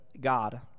God